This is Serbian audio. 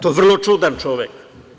To je vrlo čudan čovek.